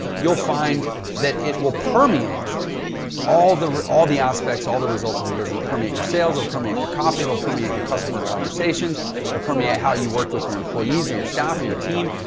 you'll find that it will permeate all the, all the aspects, all the results of your business permeate your sales, will permeate your copy. it'll permeate your customer conversations or permeate how you work with your employees or your staff or your team.